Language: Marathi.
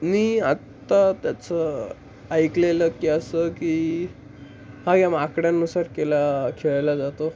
मी आत्ता त्याचं ऐकलेलं की असं की हा गेम आकड्यांनुसार केला खेळला जातो